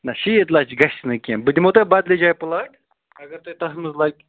نہَ شیٖتھ لَچھ گَژھِ نہٕ کینٛہہ بہٕ دِمو تۄہہِ بَدلہِ جایہِ پٕلاٹ اگر تۄہہِ تَتھ منٛز لَگہِ